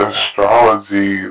Astrology